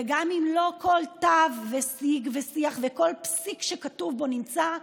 וגם אם לא כל תו וסיג ושיח וכל פסיק שכתוב בו נמצא,